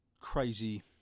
crazy